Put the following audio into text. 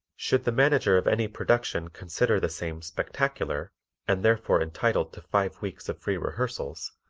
should the manager of any production consider the same spectacular and therefore entitled to five weeks of free rehearsals,